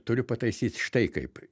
turiu pataisyt štai kaip